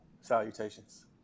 Salutations